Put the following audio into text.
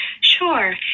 Sure